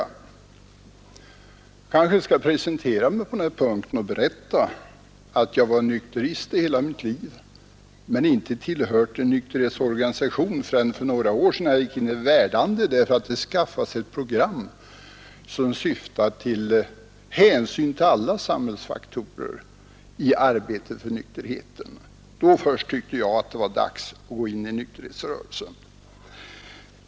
Jag kanske skall presentera mig på den här punkten och berätta att jag har varit nykterist i hela mitt liv, men inte tillhört en nykterhetsorganisation förrän för några år sedan. Då gick jag in i Verdandi därför att man skaffat sig ett program som syftade till hänsyn till alla samhällsfaktorer i arbetet för nykterheten. Då först tyckte jag det var dags att gå in i nykterhetsrörelsen.